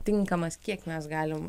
tinkamas kiek mes galim